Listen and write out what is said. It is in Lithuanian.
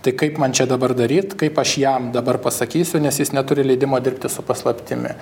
tai kaip man čia dabar daryt kaip aš jam dabar pasakysiu nes jis neturi leidimo dirbti su paslaptimi